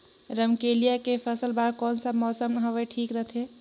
रमकेलिया के फसल बार कोन सा मौसम हवे ठीक रथे?